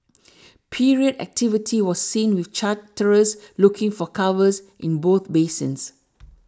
period activity was seen with charterers looking for covers in both basins